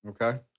Okay